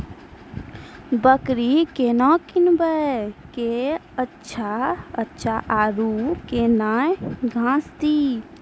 बकरी केना कीनब केअचछ छ औरू के न घास दी?